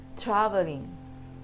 traveling